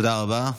תודה רבה.